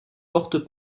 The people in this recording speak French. porte